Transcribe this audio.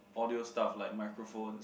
audio stuffs like microphones